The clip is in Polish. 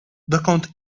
dokąd